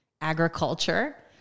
agriculture